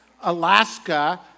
Alaska